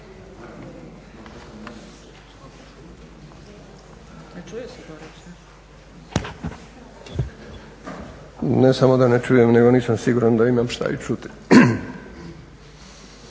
Ne samo da ne čujem nego nisam siguran da imam šta i čuti.